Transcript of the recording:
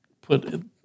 put